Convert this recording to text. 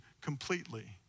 completely